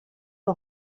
the